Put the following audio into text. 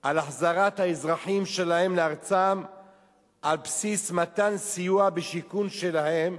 על החזרת האזרחים שלהן לארצם על בסיס סיוע בשיקום שלהם,